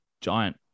giant